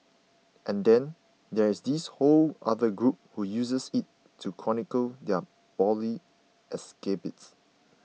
and then there's this whole other group who uses it to chronicle their bawdy escapades